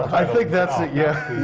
i think that's it! yeah